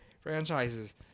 franchises